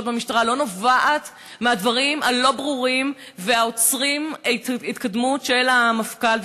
במשטרה לא נובעת מהדברים הלא-ברורים והעוצרים את ההתקדמות של המפכ"ל.